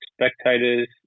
spectators